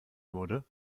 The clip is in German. wurde